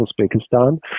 Uzbekistan